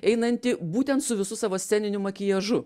einantį būtent su visu savo sceniniu makiažu